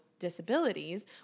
Disabilities